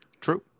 True